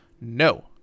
No